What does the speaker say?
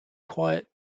quiet